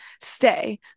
Stay